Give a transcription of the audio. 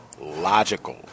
logical